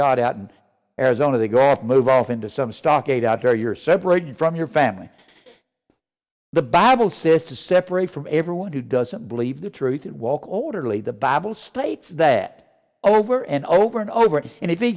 god out in arizona the graph move off into some stockade out there you're separated from your family the bible says to separate from everyone who doesn't believe the truth wall quarterly the bible states that over and over and over and if